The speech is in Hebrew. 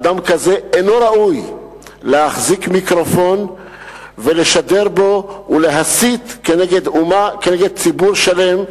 אדם כזה אינו ראוי להחזיק מיקרופון ולשדר בו ולהסית כנגד ציבור שלם,